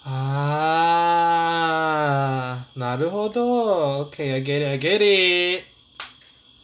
ah okay I get it I get it